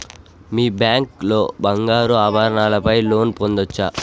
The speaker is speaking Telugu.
మీ బ్యాంక్ లో బంగారు ఆభరణాల పై లోన్ పొందచ్చా?